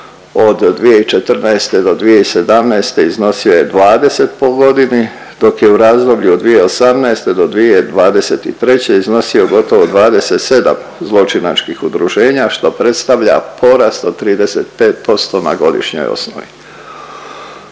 od 2014. do 2017. iznosio je 20 po godini dok je u razdoblju od 2018. do 2023. iznosio gotovo 27 zločinačkih udruženja što predstavlja porast od 35% na godišnjoj osnovi.